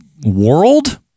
World